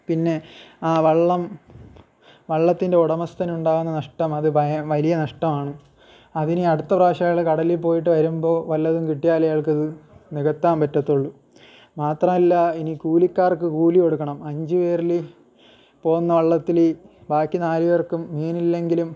പിന്നെ ആ വള്ളം വള്ളത്തിൻ്റെ ഉടമസ്ഥനുണ്ടാകുന്ന നഷ്ടം അത് ഭയങ്കര വലിയ നഷ്ടമാണ് അത് ഇനി അടുത്തപ്രാവശ്യം അയാൾ കടലിൽ പോയിട്ട് വരുമ്പോൾ വല്ലതും കിട്ടിയാലേ അയാൾക്കത് നികത്താൻ പറ്റത്തുള്ളു മാത്രമല്ല ഇനി കൂലിക്കാർക്ക് കൂലി കൊടുക്കണം അഞ്ച് പേരിൽ പോകുന്ന വളളത്തിൽ ബാക്കി നാലു പേർക്കും മീനില്ലെങ്കിലും